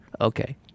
Okay